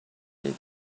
feet